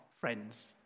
friends